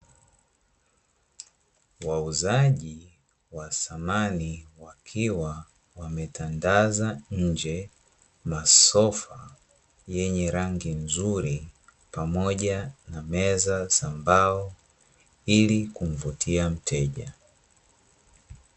Wauzaji wa Samani wakiwa wametandaza nje Masofa yenye rangi nzuri, pamoja na Meza za mbao ili kumvutia mteja.